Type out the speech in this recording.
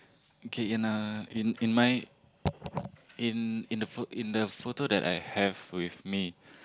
okay in a in in my in in the pho~ in the photo that I have with me